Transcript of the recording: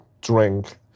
drink